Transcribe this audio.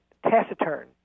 taciturn